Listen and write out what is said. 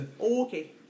Okay